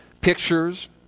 pictures